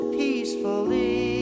peacefully